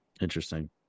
Interesting